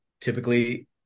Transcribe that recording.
typically